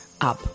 up